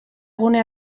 gune